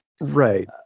Right